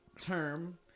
term